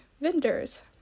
vendors